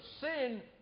sin